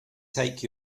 take